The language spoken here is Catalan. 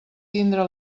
tindre